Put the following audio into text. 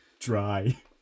dry